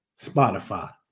Spotify